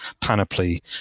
panoply